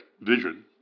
vision